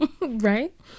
Right